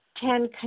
Ten